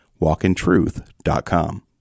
walkintruth.com